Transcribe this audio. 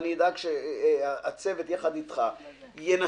ואדאג שהצוות ביחד אתך ינסה,